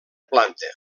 planta